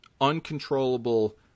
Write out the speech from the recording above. uncontrollable